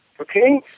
Okay